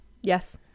Yes